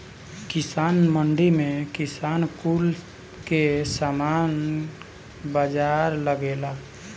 किसान मंडी में किसान कुल के समान के बाजार लगेला